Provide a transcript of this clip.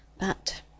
But